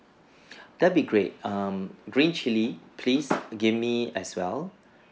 that'll be great um green chilli please give me as well